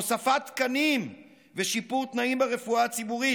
הוספת תקנים ושיפור תנאים ברפואה הציבורית,